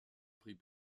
prit